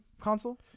console